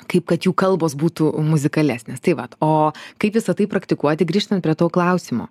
kaip kad jų kalbos būtų muzikalesnės tai vat o kaip visa tai praktikuoti grįžtant prie to klausimo